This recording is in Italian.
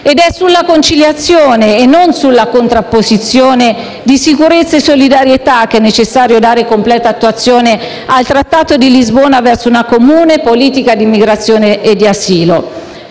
È sulla conciliazione e non sulla contrapposizione di sicurezza e solidarietà che è necessario dare completa attuazione al Trattato di Lisbona verso una comune politica di immigrazione e di asilo,